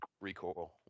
recoil